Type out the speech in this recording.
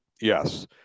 yes